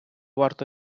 варто